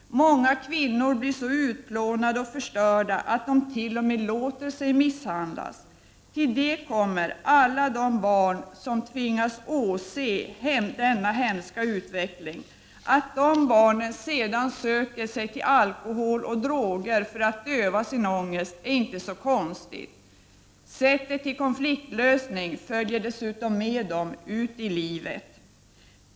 Många kvinnor blir så utplånade och förstörda att de t.o.m. låter sig misshandlas. Till det kommer alla de barn som tvingas åse denna hemska utveckling. Att de barnen sedan söker sig till alkohol och droger för att döva sin ångest är inte så konstigt. Sättet att lösa konflikter följer dessutom med dem ut i livet.